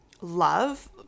love